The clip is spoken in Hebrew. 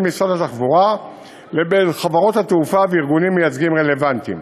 משרד התחבורה לבין חברות התעופה וארגונים מייצגים רלוונטיים.